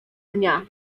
dnia